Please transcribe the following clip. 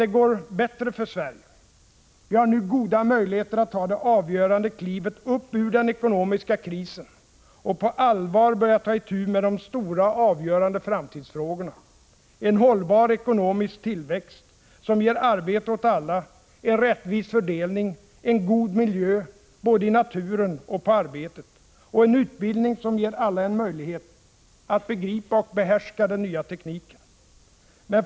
Det går bättre för Sverige. Vi har nu goda möjligheter att ta det avgörande klivet upp ur den ekonomiska krisen och på allvar börja ta itu med de stora och avgörande framtidsfrågorna — en hållbar ekonomisk tillväxt som ger arbete åt alla, en rättvis fördelning, en god miljö, både i naturen och på arbetet, och en utbildning som ger alla en möjlighet att begripa och behärska den nya tekniken.